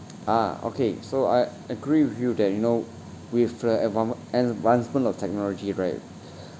ah okay so I agree with you that you know with the enviro~ advancement of technology right